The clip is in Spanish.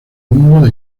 mundo